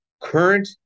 current